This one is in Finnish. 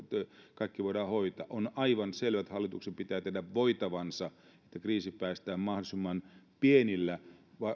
kaikki voidaan hoitaa on aivan selvä että hallituksen pitää tehdä voitavansa että kriisistä päästään mahdollisimman pienillä